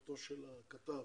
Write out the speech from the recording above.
אחותו של הכתב,